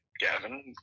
Gavin